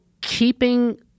keeping